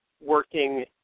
working